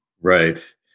Right